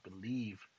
believe